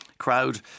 crowd